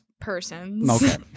Persons